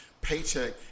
paycheck